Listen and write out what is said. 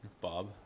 Bob